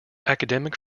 academic